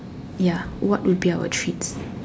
ya what would be our treats